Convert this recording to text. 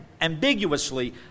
ambiguously